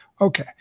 Okay